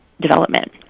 development